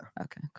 Okay